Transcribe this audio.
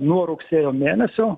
nuo rugsėjo mėnesio